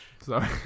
Sorry